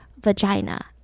vagina